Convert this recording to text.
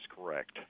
correct